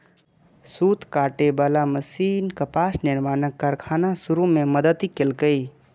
सूत काटे बला मशीन कपास निर्माणक कारखाना शुरू मे मदति केलकै